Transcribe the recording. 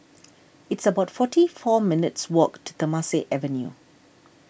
it's about forty four minutes' walk to Temasek Avenue